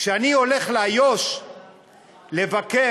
כשאני הולך לאיו"ש לבקר,